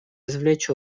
извлечь